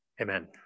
Amen